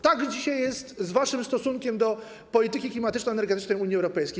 Tak dzisiaj jest z waszym stosunkiem do polityki klimatyczno-energetycznej Unii Europejskiej.